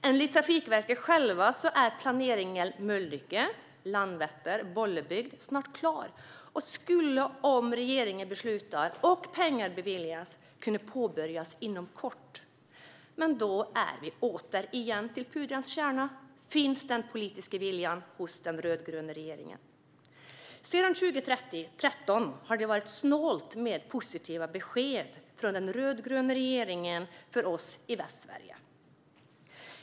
Enligt Trafikverket självt är planeringen för Mölnlycke-Landvetter-Bollebygd snart klar; det här kan påbörjas inom kort om regeringen fattar ett beslut och pengar beviljas. Men då är vi återigen vid pudelns kärna: Finns den politiska viljan hos den rödgröna regeringen? Sedan 2013 har det varit snålt med positiva besked från den rödgröna regeringen för oss i Västsverige.